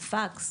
פקס,